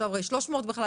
עכשיו אלה 300 בכלל,